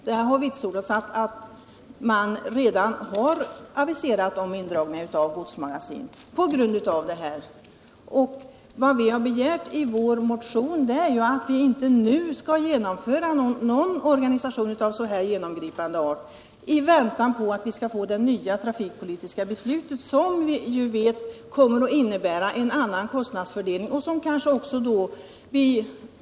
Det har vitsordats att man redan har aviserat om nedläggningar av godsmagasin. Vi har i vår motion begärt att det i nuvarande läge inte skall genomföras en organisation av så genomgripande art, i väntan på det nya trafikpolitiska beslutet, som vi vet kommer att innebära en annan kostnadsfördelning.